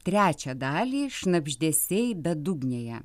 trečią dalį šnabždesiai bedugnėje